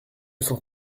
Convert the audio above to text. s’en